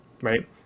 right